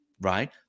right